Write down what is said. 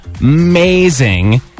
amazing